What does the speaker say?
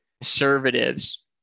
conservatives